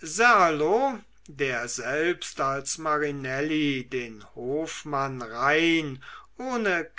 serlo der selbst als marinelli den hofmann rein ohne